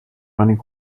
running